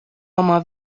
oma